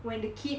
when the kid